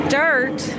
dirt